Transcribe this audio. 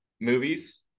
movies